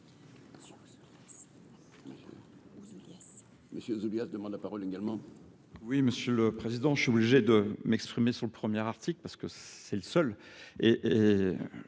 Monsieur Julia se demande la parole également. Oui, monsieur le président, je suis obligée de m'exprimer sur le premier article parce que c'est le seul